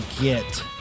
get